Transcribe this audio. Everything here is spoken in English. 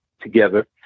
together